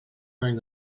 during